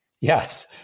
yes